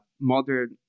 modern